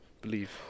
Believe